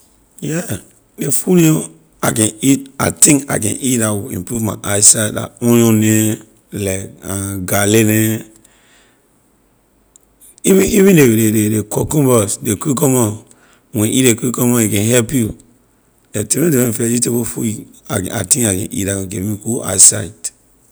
Yeah, ley food neh I can eat I think I can eat la will improve my eye sight la onion neh like garlic neh even even ley ley ley cucumbers ley cucumber when you eat ley cucumber a can help you get different different vegetable food you I i I think I can eat la will give me good eye sight.